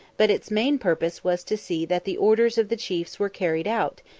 but its main purpose was to see that the orders of the chiefs were carried out,